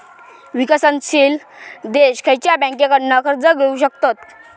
विकसनशील देश खयच्या बँकेंकडना कर्ज घेउ शकतत?